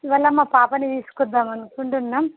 ఇవాళ మా పాపని తీసుకొద్దాం అనుకుంటున్నాం